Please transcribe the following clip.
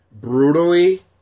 Brutally